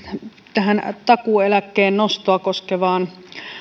tähän takuu eläkkeen nostoa koskevaan